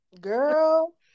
Girl